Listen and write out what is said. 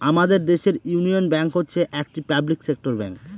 আমাদের দেশের Union Bank হচ্ছে একটি পাবলিক সেক্টর ব্যাঙ্ক